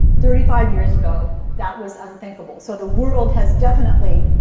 thirty five years ago, that was unthinkable. so the world has definitely